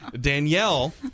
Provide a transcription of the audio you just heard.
danielle